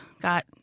got